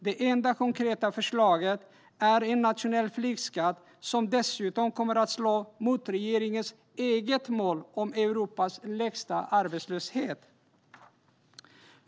Det enda konkreta förslaget är en nationell flygskatt som dessutom kommer att slå mot regeringens eget mål om Europas lägsta arbetslöshet.